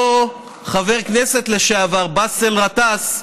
אותו חבר כנסת לשעבר, באסל גטאס,